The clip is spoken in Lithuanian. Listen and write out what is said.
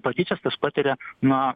patyčias tas patiria na